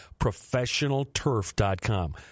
ProfessionalTurf.com